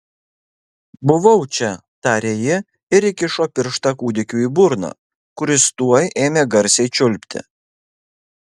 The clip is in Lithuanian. buvau čia tarė ji ir įkišo pirštą kūdikiui į burną kuris tuoj ėmė garsiai čiulpti